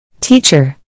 Teacher